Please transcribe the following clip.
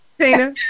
Tina